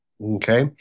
Okay